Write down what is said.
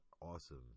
awesome